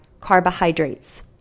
carbohydrates